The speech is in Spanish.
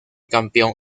campeón